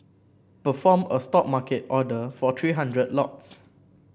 perform a stop market order for three hundred lots